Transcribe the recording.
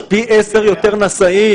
יש פי 10 יותר נשאים.